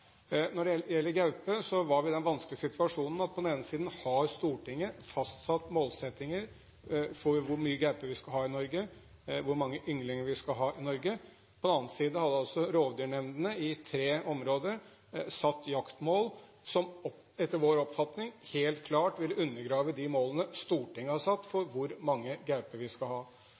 Når det gjelder gaupe, var vi i den vanskelige situasjonen at på den ene siden har Stortinget fastsatt målsettinger for hvor mye gaupe og hvor mange ynglinger vi skal ha i Norge, og på den annen side har altså rovviltnemndene i tre områder satt jaktmål som etter vår oppfatning helt klart vil undergrave de målene Stortinget har satt for hvor mange gauper vi skal ha.